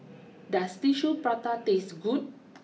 does Tissue Prata taste good